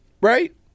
right